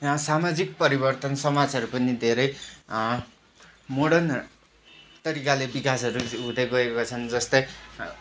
सामाजिक परिवर्तन समाजहरू पनि धेरै मोडर्न तरिकाले विकासहरू हुँदै गएको छन् जस्तै